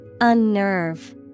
Unnerve